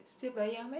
still very young meh